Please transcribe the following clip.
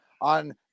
on